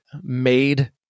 Made